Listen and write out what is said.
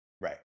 Right